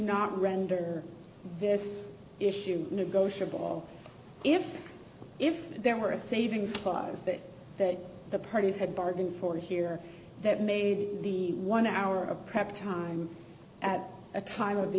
not render this issue negotiable if if there were a savings clause that that the parties had bargained for here that made the one hour of prep time at a time of the